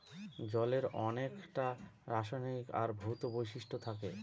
জলের অনেককটা রাসায়নিক আর ভৌত বৈশিষ্ট্য থাকে